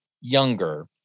younger